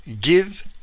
give